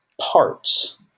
parts